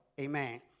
Amen